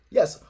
Yes